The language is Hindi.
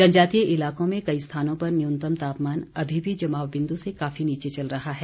जनजातीय इलाकों में कई स्थानों पर न्यूनतम तापमान अभी भी जमाव बिंदू से काफी नीचे चल रहा है